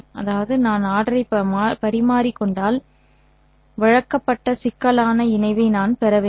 அதாவது நான் ஆர்டரை பரிமாறிக்கொண்டால் வழங்கப்பட்ட சிக்கலான இணைவை நான் பெற வேண்டும்